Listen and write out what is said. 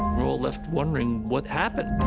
we're all left wondering what happened.